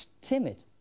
timid